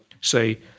say